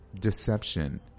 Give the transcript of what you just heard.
deception